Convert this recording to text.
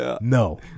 No